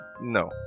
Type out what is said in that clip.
no